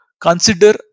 consider